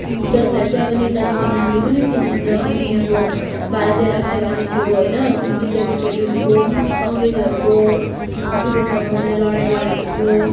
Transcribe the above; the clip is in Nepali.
जसलाई चाहिँ अब नेताजीको नामले पनि चिनिन्छ उनी अब भारतीय राष्ट्रवादी थियोहोइन द्वितीय विश्व युद्धको अङ्ग्रेजहरूको बिरुद्धमा उनले लडाइ लडेको थियो